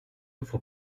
offre